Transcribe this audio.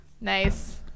Nice